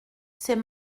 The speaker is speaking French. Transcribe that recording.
c’est